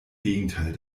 gegenteil